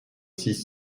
six